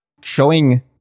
showing